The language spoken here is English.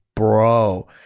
Bro